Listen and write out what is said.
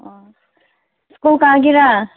ꯑꯣ ꯁ꯭ꯀꯨꯜ ꯀꯥꯒꯦꯔꯥ